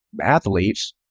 athletes